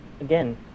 again